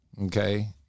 Okay